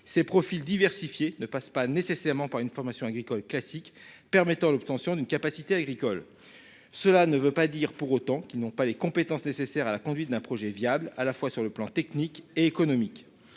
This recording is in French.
Ces profils diversifiés ne passe pas nécessairement par une formation agricole classique permettant l'obtention d'une capacité agricole. Cela ne veut pas dire pour autant qu'ils n'ont pas les compétences nécessaires à la conduite d'un projet viable à la fois sur le plan technique et économique,